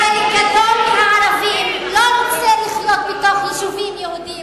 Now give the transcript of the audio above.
חלק גדול מהערבים לא רוצה לחיות בתוך יישובים יהודיים,